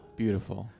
beautiful